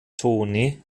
tone